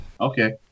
Okay